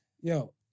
Yo